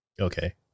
Okay